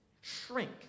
shrink